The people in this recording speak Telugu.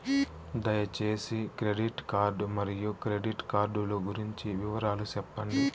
దయసేసి క్రెడిట్ కార్డు మరియు క్రెడిట్ కార్డు లు గురించి వివరాలు సెప్పండి?